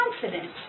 confident